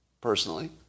personally